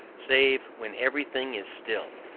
save when everything is still.